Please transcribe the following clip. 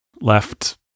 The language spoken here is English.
left